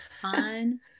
fun